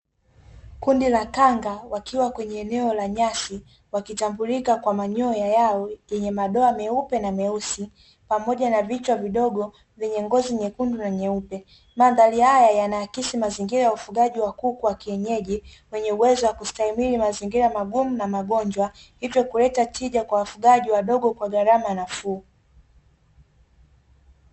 Kundi la kanga wakiwa kwenye eneo la nyasi wakitambulika kwa manyoya yao yenye madoa meupe na meusi pamoja na vichwa vidogo vyenye ngozi nyekundu na nyeupe. Mandhari haya yanaakisi mazingira ya ufugaji wa kuku wa kienyeji wenye uwezo wa kustahimili mazingira magumu na magonjwa hivyo kuleta tija kwa wafugaji wadogo kwa gharama nafuu.